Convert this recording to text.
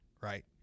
Right